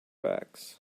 backs